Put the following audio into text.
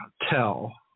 tell